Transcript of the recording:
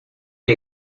hay